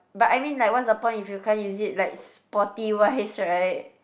but I mean like what's the point if you can't use it like sporty wise right